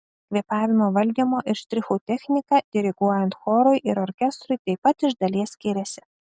kvėpavimo valdymo ir štrichų technika diriguojant chorui ir orkestrui taip pat iš dalies skiriasi